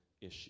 issue